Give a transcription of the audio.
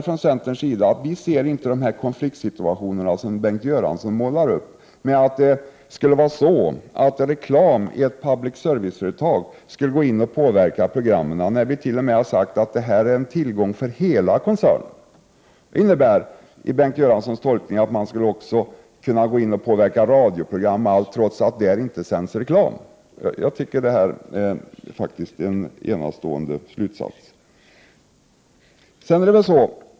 Från centerns sida ser vi inte de konfliktsituationer som Bengt Göransson målar upp, att reklam i ett public service-företag skulle påverka programmen. Vi har t.o.m. sagt att det är en tillgång för hela koncernen. Bengt Göranssons tolkning skulle innebära att reklamen kunde påverka radioprogrammen också, även om det inte sänds reklam i radio. Jag tycker det är en enastående slutsats.